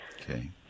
Okay